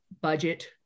budget